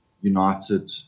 United